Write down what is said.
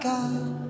God